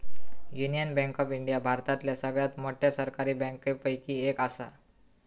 union bank of India भारतातल्या सगळ्यात मोठ्या सरकारी बँकांपैकी एक असा